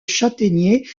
châtaigniers